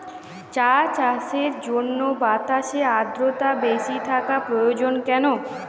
চা চাষের জন্য বাতাসে আর্দ্রতা বেশি থাকা প্রয়োজন কেন?